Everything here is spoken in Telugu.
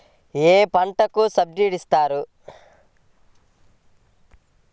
ఏ పంటకు సబ్సిడీ ఇస్తారు?